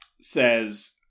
says